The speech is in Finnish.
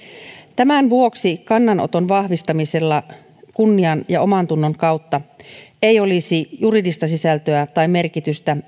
tämän vuoksi kannanoton vahvistamisella kunnian ja omantunnon kautta ei olisi juridista sisältöä tai merkitystä